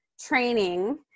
training